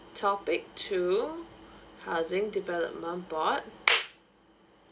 topic two housing development board